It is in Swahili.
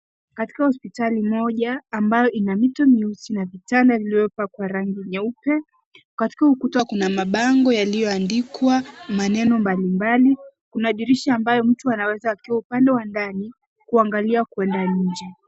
Katika hospitali moja ambayo ina mito nyeusi na vitanda viliyowekwa kwa rangi nyeupe. Katika ukuta kuna mabango yaliyoandikwa maneno mbalimbali. Kuna dirisha ambayo mtu anaweza akiwa upande wa ndani kuangallia kuenda nje.